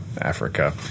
Africa